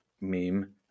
meme